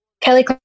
Kelly